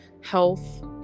health